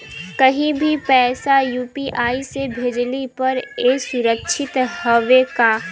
कहि भी पैसा यू.पी.आई से भेजली पर ए सुरक्षित हवे का?